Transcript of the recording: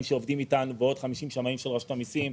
שעובדים איתנו ועוד 50 שמאים של רשות המיסים.